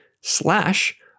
slash